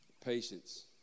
Patience